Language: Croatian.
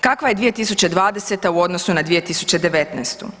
Kakva je 2020. u odnosu na 2019.